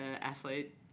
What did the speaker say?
athlete